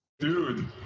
Dude